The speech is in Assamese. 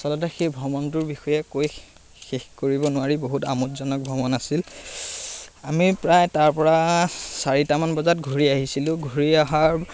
আচলতে সেই ভ্ৰমণটোৰ বিষয়ে কৈ শেষ কৰিব নোৱাৰি বহুত আমোদজনক ভ্ৰমণ আছিল আমি প্ৰায় তাৰ পৰা চাৰিটামান বজাত ঘূৰি আহিছিলোঁ ঘূৰি অহাৰ